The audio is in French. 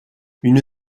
une